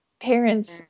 parents